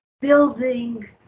building